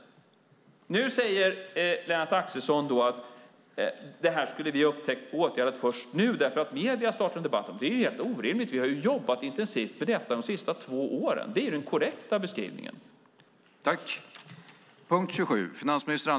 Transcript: Nu säger Lennart Axelsson att vi skulle ha upptäckt och åtgärdat detta först nu därför att medierna har startat en debatt. Det är helt orimligt. Vi har jobbat intensivt med frågorna de senaste två åren. Det är den korrekta beskrivningen.